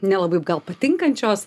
nelabai gal patinkančios